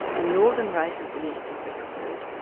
the northern race of the eastern bristlebird,